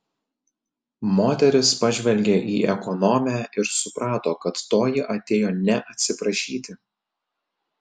moteris pažvelgė į ekonomę ir suprato kad toji atėjo ne atsiprašyti